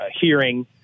hearing